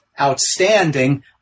outstanding